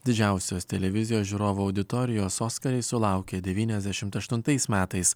didžiausios televizijos žiūrovų auditorijos oskarai sulaukė devyniasdešimt aštuntais metais